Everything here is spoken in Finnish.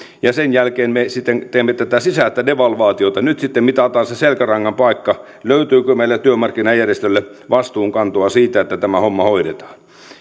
nyt me sitten teemme tätä sisäistä devalvaatiota nyt sitten mitataan se selkärangan paikka löytyykö työmarkkinajärjestöiltä vastuunkantoa siinä että tämä homma hoidetaan